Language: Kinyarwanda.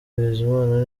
bizimana